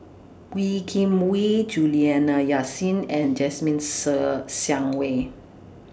Wee Kim Wee Juliana Yasin and Jasmine Ser Xiang Wei